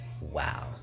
Wow